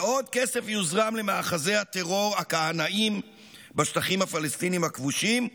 ועוד כסף יוזרם למאחזי הטרור הכהנאיים בשטחים הפלסטיניים הכבושים,